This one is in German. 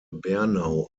bernau